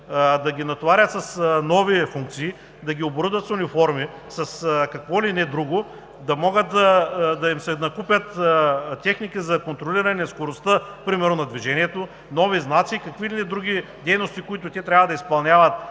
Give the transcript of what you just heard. да ги натоварят с нови функции, да ги оборудват с униформи, с какво ли не друго, да могат да им се накупят техники за контролиране скоростта примерно на движението, нови знаци и какви ли не други дейности, които те трябва да изпълняват